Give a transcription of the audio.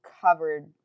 covered